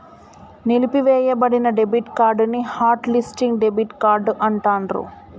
నిలిపివేయబడిన debit card ని hot listing debit card అంటాండ్రు